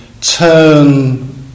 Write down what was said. turn